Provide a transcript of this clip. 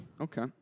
Okay